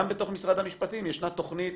אגב, גם בתוך משרד המשפטים ישנה תכנית